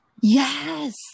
Yes